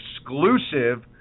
exclusive